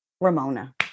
Ramona